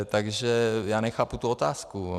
Takže já nechápu tu otázku.